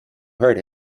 heard